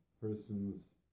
person's